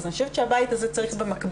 אז אני חושבת שהבית הזה צריך במקביל